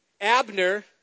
abner